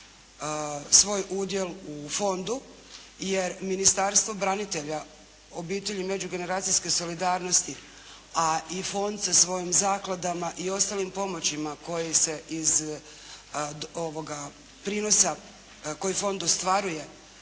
svoj udjel u fondu jer Ministarstvo branitelja, obitelji i međugeneracijske solidarnosti, a i fond sa svojim zakladama i ostalim pomoćima koji se iz ovoga prinosa koji fond ostvaruje,